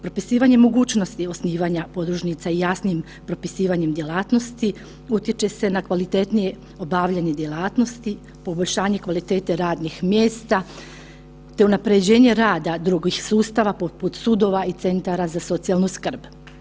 Propisivanje mogućnosti osnivanja podružnica jasnim propisivanjem djelatnosti utječe se na kvalitetnije obavljanje djelatnosti, poboljšanje kvalitete radnih mjesta, te unapređenje rada drugih sustava poput sudova i centara za socijalnu skrb.